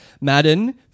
Madden